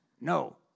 No